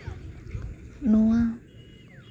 ᱱᱚᱶᱟ